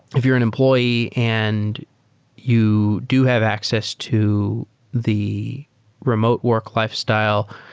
if you're an employee and you do have access to the remote work-life style,